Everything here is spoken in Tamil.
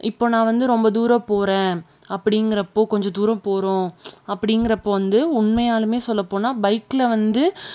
இப்போது நான் வந்து ரொம்ப தூரம் போகிறேன் அப்படிங்கிறப்போ கொஞ்சம் தூரம் போகிறோம் அப்படிங்கிறப்போ வந்து உண்மையாலுமே சொல்லப்போனால் பைக்கில் வந்து